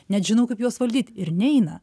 net žinau kaip juos valdyt ir neina